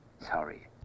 Sorry